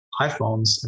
iphones